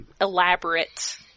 elaborate